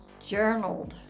Journaled